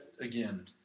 again